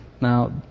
Now